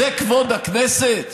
זה כבוד הכנסת?